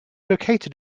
located